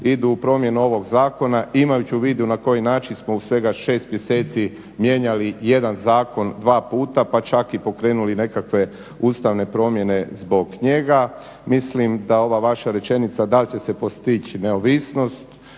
idu u promjenu ovog zakona imajući u vidu na koji način smo u svega šest mjeseci mijenjali jedan zakon dva puta pa čak i pokrenuli nekakve ustavne promjene zbog njega. Mislim da ova vaša rečenica dal će se postići neovisnost